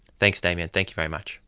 thanks damien, thank you very much.